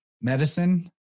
medicine